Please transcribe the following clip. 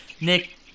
Nick